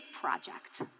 project